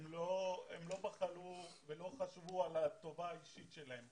הם לא בחלו ולא חשבו על הטובה האישית שלהם.